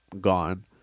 gone